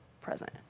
present